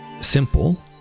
simple